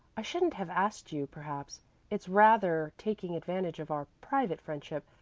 i shouldn't have asked you, perhaps it's rather taking advantage of our private friendship.